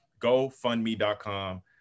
gofundme.com